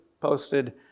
posted